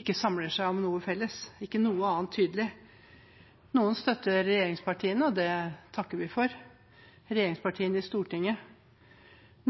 ikke samler seg om noe felles, ikke om noe annet tydelig. Noen støtter regjeringspartiene, og det takker vi for – regjeringspartiene i Stortinget.